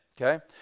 Okay